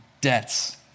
debts